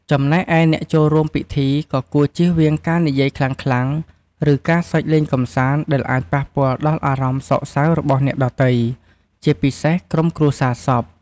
ចំណែកឯអ្នកចូលរួមពិធី ក៍គួរជៀសវាងការនិយាយខ្លាំងៗ ឬការសើចលេងកម្សាន្តដែលអាចប៉ះពាល់ដល់អារម្មណ៍សោកសៅរបស់អ្នកដទៃ ជាពិសេសក្រុមគ្រួសារសព។